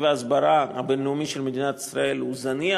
ההסברה הבין-לאומית של מדינת ישראל הוא זניח,